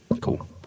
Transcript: Cool